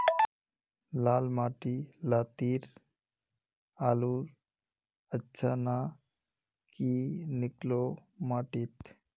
लाल माटी लात्तिर आलूर अच्छा ना की निकलो माटी त?